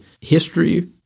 history